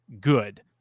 good